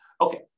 Okay